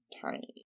tiny